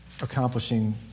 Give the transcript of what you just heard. accomplishing